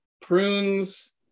prunes